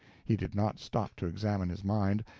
he did not stop to examine his mind,